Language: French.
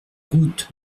route